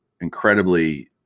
incredibly